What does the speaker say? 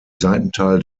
seitental